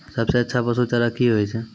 सबसे अच्छा पसु चारा की होय छै?